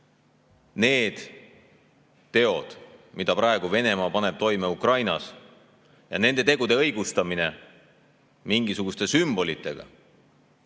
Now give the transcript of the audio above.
need teod, mida praegu Venemaa paneb toime Ukrainas, ja nende tegude õigustamine mingisuguste sümbolitega